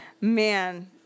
man